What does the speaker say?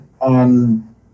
on